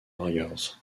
warriors